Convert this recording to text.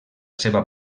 seva